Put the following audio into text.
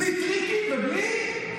בלי טריקים ובלי,